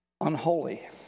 Unholy